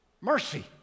Mercy